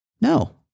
No